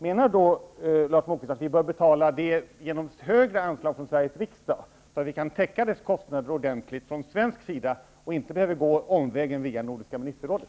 Menar Lars Moquist att vi bör betala detta genom större anslag från Sveriges riksdag så att vi kan täcka kostnaderna ordentligt från svensk sida utan att behöva gå omvägen via Nordiska ministerrådet?